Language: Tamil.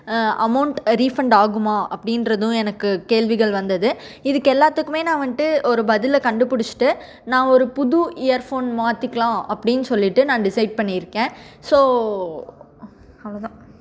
அமௌண்ட் ரீஃபண்ட் ஆகுமா அப்படின்றதும் எனக்கு கேள்விகள் வந்தது இதுக்கு எல்லாத்துக்குமே நான் வந்துவிட்டு ஒரு பதிலை கண்டுப்பிடிச்சிட்டு நான் ஒரு புது இயர்ஃபோன் மாற்றிக்கலாம் அப்படினு சொல்லிவிட்டு நான் டிசைட் பண்ணிஇருக்கேன் ஸோ அவ்வளோதான்